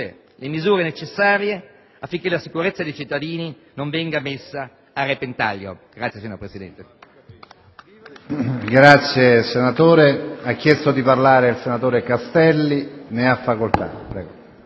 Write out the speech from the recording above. le misure necessarie affinché la sicurezza dei cittadini non venga messa a repentaglio. *(Applausi